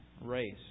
race